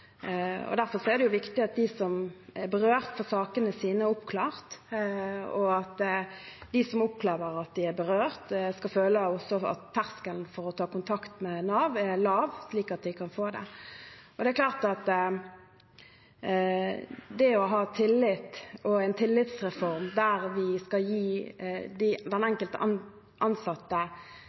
Derfor er det viktig at de som er berørt, får sakene sine oppklart, og at de som opplever at de er berørt, også skal føle at terskelen for å ta kontakt med Nav er lav, slik at de kan få det. Det er klart at det å ha tillit og en tillitsreform der vi skal gi den enkelte ansatte